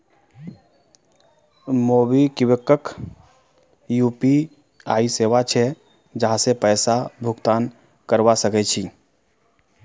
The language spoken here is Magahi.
मोबिक्विक यू.पी.आई सेवा छे जहासे पैसा भुगतान करवा सक छी